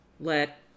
let